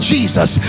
Jesus